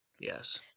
Yes